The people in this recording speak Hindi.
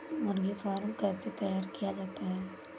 मुर्गी फार्म कैसे तैयार किया जाता है?